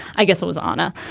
i guess it was honor.